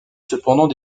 cependant